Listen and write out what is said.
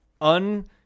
un